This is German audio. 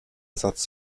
satz